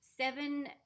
seven